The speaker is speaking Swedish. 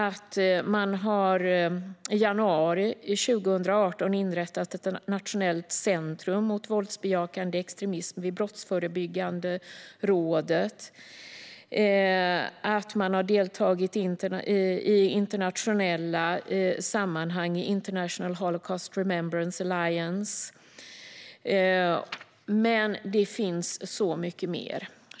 Man har i januari 2018 inrättat ett nationellt centrum mot våldsbejakande extremism vid Brottsförebyggande rådet. Man har deltagit i internationella sammanhang i International Holocaust Remembrance Alliance. Men det finns så mycket mer.